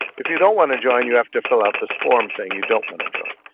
if you don't want to join you have to fill out this form saying you don't want to join'.